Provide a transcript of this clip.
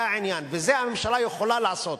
זה העניין, ואת זה הממשלה יכולה לעשות,